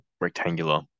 rectangular